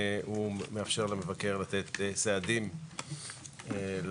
הוא מאפשר למבקר לתת סעדים לפונה,